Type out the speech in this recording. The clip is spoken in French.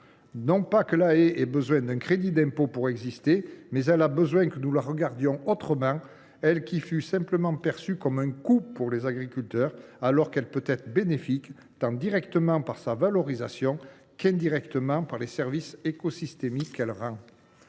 Non pas que la haie ait besoin d’un crédit d’impôt pour exister, mais elle a besoin que nous la regardions autrement, elle qui ne fut longtemps perçue que comme un coût par les agriculteurs. Il convient d’affirmer qu’elle peut être bénéfique tant directement, par sa valorisation, qu’indirectement, par les services écosystémiques qu’elle rend.